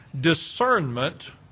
discernment